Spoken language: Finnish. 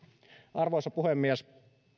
arvoisa puhemies